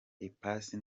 ipasi